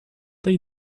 you